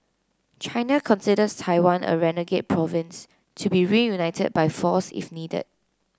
China considers Taiwan a renegade province to be reunited by force if needed